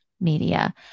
media